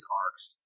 arcs